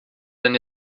denn